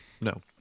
No